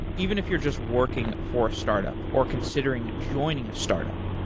even if you're just working for a startup or considering joining a startup,